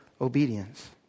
obedience